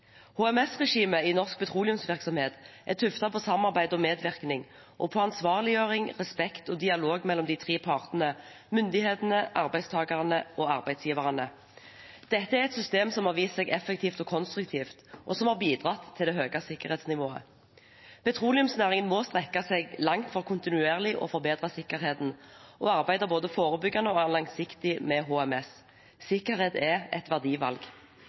HMS-regimet i norsk petroleumsvirksomhet er tuftet på samarbeid og medvirkning, og på ansvarliggjøring, respekt og dialog mellom de tre partene: myndighetene, arbeidstakerne og arbeidsgiverne. Dette er et system som har vist seg effektivt og konstruktivt, og som har bidratt til det høye sikkerhetsnivået. Petroleumsnæringen må strekke seg langt for kontinuerlig å forbedre sikkerheten og arbeide både forebyggende og langsiktig med HMS. Sikkerhet er et verdivalg.